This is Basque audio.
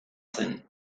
zen